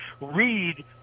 read